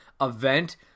event